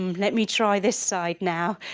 let me try this side now.